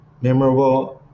memorable